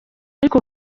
ariko